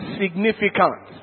significant